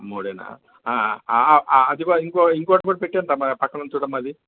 మూడేనా ఆ ఆ ఆ అది కూడా ఇంకో ఇంకొకటి కూడా పెట్టి ఉంది చూడు అమ్మా పక్కన ఉంది చూడు అమ్మా అది